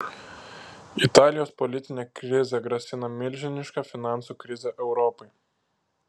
italijos politinė krizė grasina milžiniška finansų krize europai